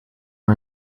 are